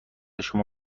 شما